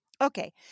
Okay